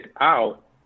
out